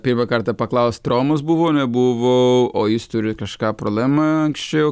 pirmą kartą paklaust romos buvo nebuvo o jis turi kažką problemą anksčiau